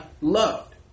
loved